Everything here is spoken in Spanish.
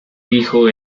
hijo